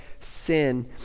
sin